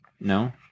No